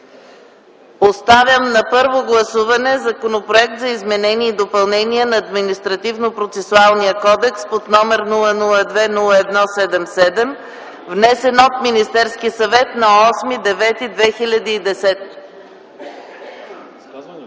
Поставям на първо гласуване Законопроект за изменение и допълнение на Административнопроцесуалния кодекс, № 002-01-77, внесен от Министерския съвет на 8 септември